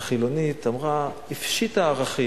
החילונית הפשיטה ערכים,